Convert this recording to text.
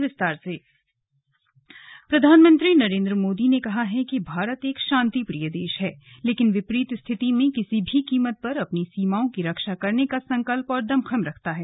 slug प्रधानमंत्री NCC शिविर प्रधानमंत्री नरेन्द्र मोदी ने कहा है कि भारत एक शांति प्रिय देश है लेकिन विपरीत स्थिति में किसी भी कीमत पर अपनी सीमाओं की रक्षा करने का संकल्प और दमखम रखता है